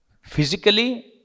physically